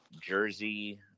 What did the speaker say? jersey